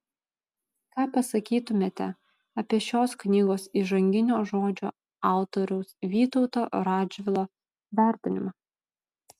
ką pasakytumėte apie šios knygos įžanginio žodžio autoriaus vytauto radžvilo vertinimą